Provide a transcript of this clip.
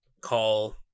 call